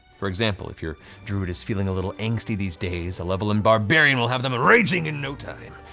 for example, if your druid is feeling a little angsty these days a level in barbarian will have them raging in no time.